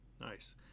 Nice